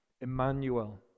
Emmanuel